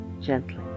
gently